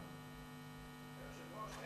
אדוני היושב-ראש,